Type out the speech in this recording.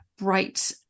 bright